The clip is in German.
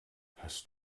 hast